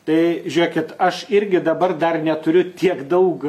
tai žiūrėkit aš irgi dabar dar neturiu tiek daug